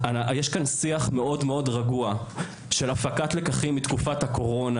יש כאן שיח מאוד רגוע של הפקת לקחים מתקופת הקורונה,